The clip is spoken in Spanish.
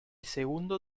segundo